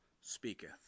speaketh